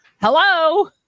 Hello